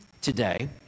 Today